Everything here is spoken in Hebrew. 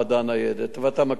ואתה מכיר את הפרוצדורה.